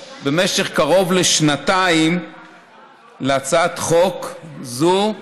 במשך קרוב לשנתיים בהצעת חוק זאת,